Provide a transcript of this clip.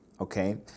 okay